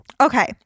Okay